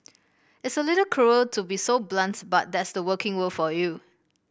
it's a little cruel to be so blunt but that's the working world for you